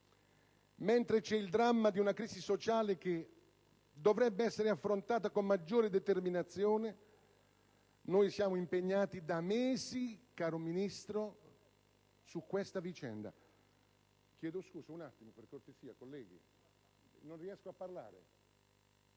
consuma il dramma di una crisi sociale che dovrebbe essere affrontata con maggiore determinazione, noi siamo impegnati da mesi, caro Ministro, su questa vicenda.